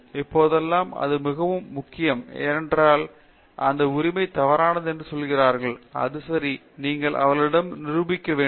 இப்போதெல்லாம் இது மிகவும் முக்கியம் ஏனென்றால் இந்த உரிமை தவறானது என்று சொல்கிறார்கள் இது சரி என்று நீங்கள் அவர்களிடம் நிரூபிக்க வேண்டும்